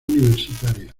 universitaria